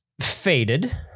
faded